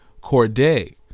corday